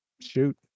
Shoot